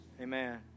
amen